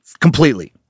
completely